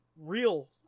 real